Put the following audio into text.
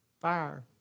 fire